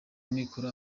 amikoro